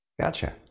Gotcha